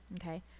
Okay